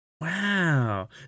Wow